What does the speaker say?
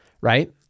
right